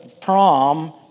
prom